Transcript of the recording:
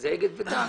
שאלה אגד ודן,